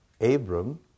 Abram